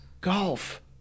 golf